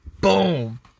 Boom